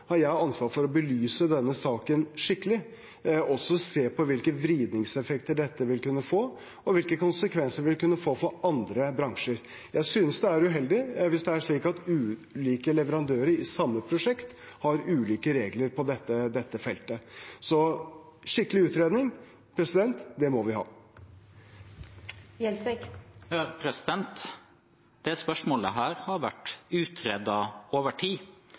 har jeg ansvar for å belyse denne saken skikkelig, og også se på hvilke vridningseffekter dette vil kunne få, og hvilke konsekvenser det vil kunne få for andre bransjer. Jeg synes det er uheldig hvis det er slik at ulike leverandører i samme prosjekt har ulike regler på dette feltet. Så en skikkelig utredning må vi ha. Dette spørsmålet har vært utredet over tid.